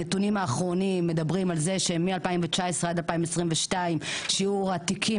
הנתונים האחרונים מדברים על זה שמ-2019 עד 2022 שיעור התיקים